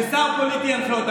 ושר פוליטי ינחה אותם.